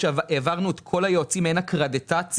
העברנו את כל היועצים אקרדיטציה,